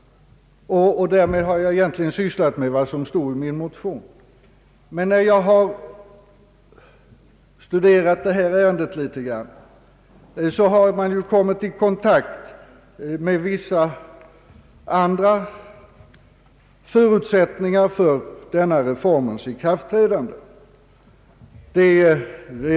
Därmed har jag egentligen sysslat med vad som står i min motion. När jag studerat ärendet har jag emellertid kommit i kontakt med vissa andra förutsättningar för reformens ikraftträdande.